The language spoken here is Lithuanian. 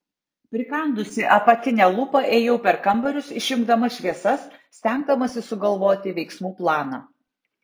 prikandusi apatinę lūpą ėjau per kambarius išjungdama šviesas stengdamasi sugalvoti veiksmų planą